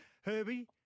Herbie